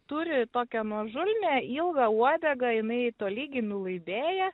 turi tokią nuožulnią ilgą uodegą jinai tolygiai nulaidėja